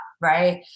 right